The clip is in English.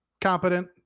competent